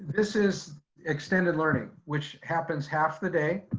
this is extended learning, which happens half the day.